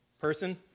person